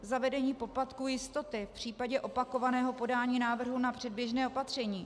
Zavedení poplatku jistoty v případě opakovaného podání návrhu na předběžné opatření.